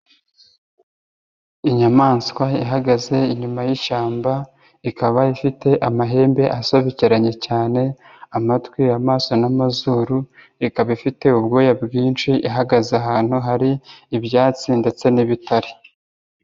Inyamaswa ihagaze inyuma y'ishyamba ikaba ifite amahembe asobekeranye cyane, amatwi, amaso n'amazuru, ikaba ifite ubwoya bwinshi, ihagaze ahantu hari ibyatsi ndetse n'ibitare.